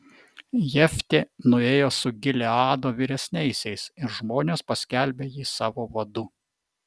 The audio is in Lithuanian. jeftė nuėjo su gileado vyresniaisiais ir žmonės paskelbė jį savo vadu